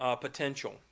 potential